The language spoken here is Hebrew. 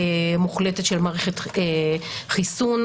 מוחלטת של מערכת חיסון,